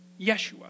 Yeshua